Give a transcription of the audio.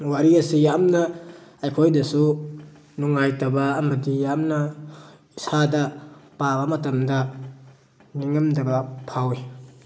ꯋꯥꯔꯤ ꯑꯁꯤ ꯌꯥꯝꯅ ꯑꯩꯈꯣꯏꯗꯁꯨ ꯅꯨꯡꯉꯥꯏꯇꯕ ꯑꯃꯗꯤ ꯌꯥꯝꯅ ꯏꯁꯥꯗ ꯄꯥꯕ ꯃꯇꯝꯗ ꯅꯤꯉꯝꯗꯕ ꯐꯥꯎꯋꯤ